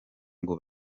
ngo